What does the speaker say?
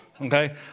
okay